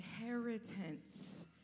inheritance